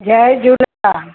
Jay Jhulelal